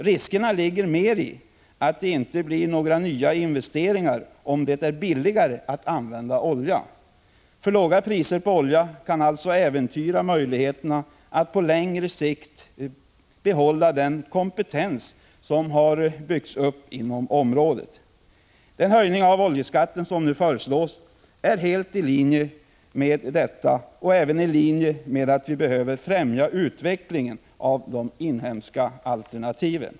Riskerna ligger mer i att det inte blir några nya investeringar, om det är billigare att använda olja. För låga priser på olja kan alltså äventyra möjligheterna att på längre sikt behålla den kompetens som har byggts upp inom området. Den höjning av oljeskatten som nu föreslås är helt i linje med detta synsätt och även med uppfattningen att vi behöver främja utvecklingen av de inhemska alternativen.